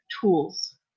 tools